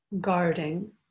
guarding